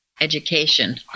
Education